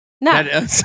No